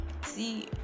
see